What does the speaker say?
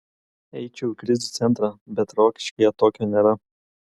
eičiau į krizių centrą bet rokiškyje tokio nėra